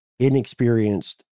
inexperienced